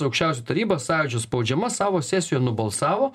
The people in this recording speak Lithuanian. aukščiausia taryba sąjūdžio spaudžiama savo sesijoje nubalsavo